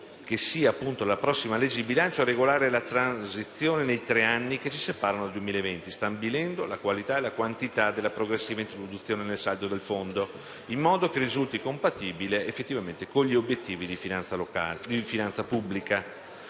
che sia la prossima legge di bilancio a regolare la transizione nei tre anni che ci separano dal 2020, stabilendo la qualità e la quantità della progressiva introduzione nel saldo del Fondo, in modo che risulti compatibile, effettivamente, con gli obiettivi di finanza pubblica.